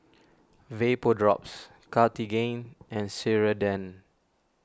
Vapodrops Cartigain and Ceradan